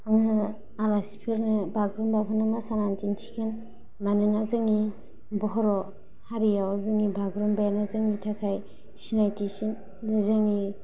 आङो आलासिफोरनो बागुरुम्बाखौनो मोसानोनै दिन्थिगोन मानोना जोंनि बर' हारिआव जोंनि बागुरुम्बायानो जोंनि थाखाय सिनायथिसिन बे जोंनि